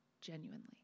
genuinely